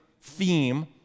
theme